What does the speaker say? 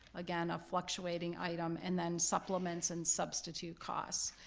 again, a fluctuating item, and then supplements and substitute costs,